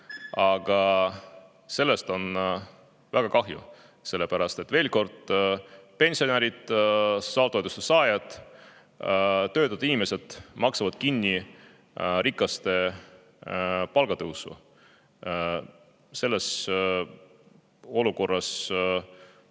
Ja sellest on väga kahju, sellepärast et, veel kord, pensionärid, sotsiaaltoetuste saajad, töötud inimesed maksavad kinni rikaste palgatõusu. Selles olukorras